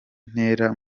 ntera